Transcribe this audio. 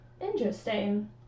Interesting